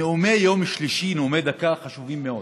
נאומי יום שלישי, נאומי דקה, הם חשובים מאוד.